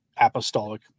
apostolic